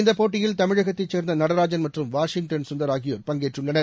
இந்தப் போட்டியில் தமிழகத்தைச் சேர்ந்தநடராஜன் மற்றும் வாஷிங்டன் சுந்தர் பங்கேற்றுள்ளனர்